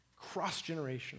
cross-generational